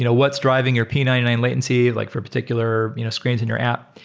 you know what's driving your p nine nine latency like for particular you know screens in your app?